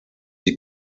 die